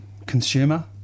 consumer